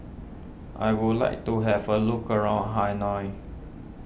I would like to have a look around Hanoi